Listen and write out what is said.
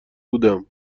بودم